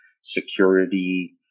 security